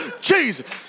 Jesus